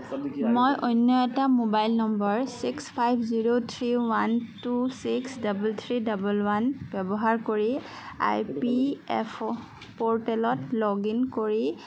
মই অন্য এটা mobile number six five zero three one two six double three double one ব্যৱহাৰ কৰি আই পি এফ অ' প'ৰ্টেলত লগ ইন কৰি